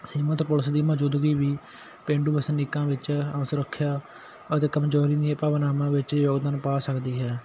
ਸੀਮਿਤ ਪੁਲਿਸ ਦੀ ਮੌਜੂਦਗੀ ਵੀ ਪੇਂਡੂ ਵਸਨੀਕਾਂ ਵਿੱਚ ਅਸੁਰੱਖਿਆ ਅਤੇ ਕਮਜ਼ੋਰੀ ਦੀਆਂ ਭਾਵਨਾਵਾਂ ਵਿੱਚ ਯੋਗਦਾਨ ਪਾ ਸਕਦੀ ਹੈ